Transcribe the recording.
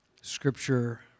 Scripture